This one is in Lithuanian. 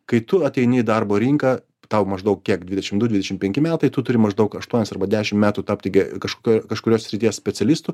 kai tu ateini į darbo rinką tau maždaug kiek dvidešimt du dvidešimt penki metai tu turi maždaug aštuonis arba dešimt metų tapti ge kažkokia kažkurios srities specialistu